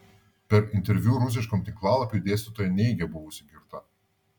per interviu rusiškam tinklalapiui dėstytoja neigė buvusi girta